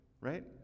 right